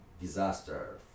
disaster